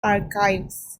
archives